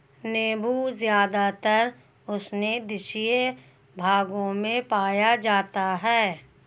नीबू ज़्यादातर उष्णदेशीय भागों में पाया जाता है